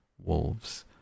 Wolves